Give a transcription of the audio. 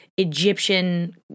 Egyptian